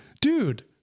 dude